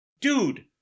Dude